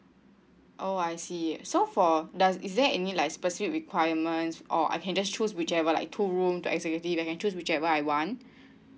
oh I see so for does is there any like specific requirements or I can just choose whichever like two room to executive I can choose whichever I want